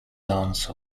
answer